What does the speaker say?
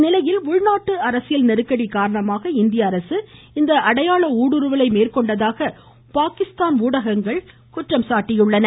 இந்நிலையில் உள்நாட்டு அரசியல் நெருக்கடி காரணமாகவே இந்திய அரசு இந்த அடையாள ஊடுருவலை மேற்கொண்டதாக பாகிஸ்தான் ஊடகங்கள் கூறியுள்ளன